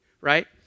right